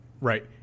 Right